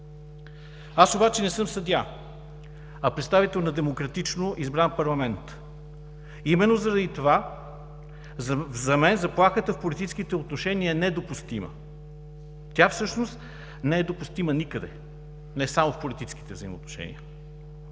Аз обаче не съм съдия, а представител на демократично избран парламент. Именно заради това за мен заплахата в политическите отношения е недопустима. Тя всъщност не е допустима никъде, не само в политическите взаимоотношения.